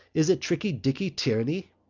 is it tricky dicky tierney?